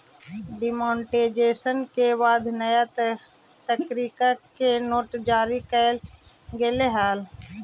demonetisation के बाद नया प्तरीका के नोट जारी कैल गेले हलइ